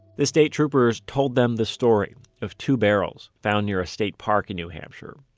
the state troopers told them the story of two barrels found near a state park in new hampshire.